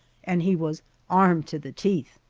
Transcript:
and he was armed to the teeth.